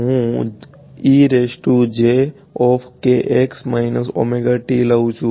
હુ લઉં છું